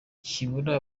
byibura